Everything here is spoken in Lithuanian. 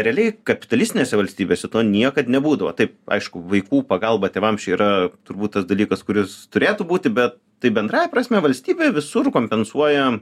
realiai kapitalistinėse valstybėse to niekad nebūdavo taip aišku vaikų pagalba tėvams čia yra turbūt tas dalykas kuris turėtų būti bet tai bendrąja prasme valstybė visur kompensuoja